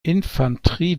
infanterie